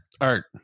Art